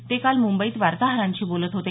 ते काल मुंबईत वार्ताहरांशी बोलत होते